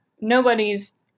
nobody's